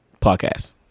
Podcast